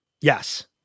Yes